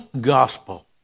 gospel